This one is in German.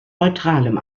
neutralem